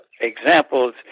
examples